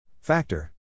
Factor